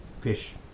fish